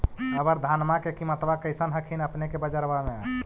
अबर धानमा के किमत्बा कैसन हखिन अपने के बजरबा में?